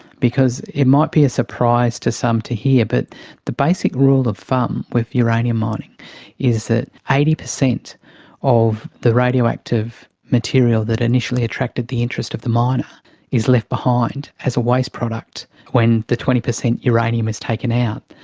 because it might be a surprise to some to hear but the basic rule of thumb with uranium mining is that eighty percent of the radioactive material that initially attracted the interest of the miner is left behind as a waste product when the twenty percent uranium is taken out.